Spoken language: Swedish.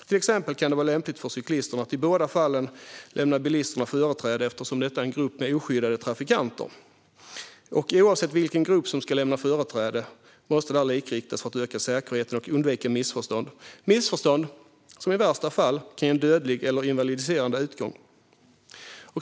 Till exempel kan det vara lämpligt för cyklisterna att i båda fallen lämna bilister företräde, eftersom cyklisterna är en grupp oskyddade trafikanter. Oavsett vilken grupp som ska lämna företräde måste detta likriktas för att öka säkerheten och undvika missförstånd - missförstånd som i värsta fall kan ha dödlig eller invalidiserande utgång.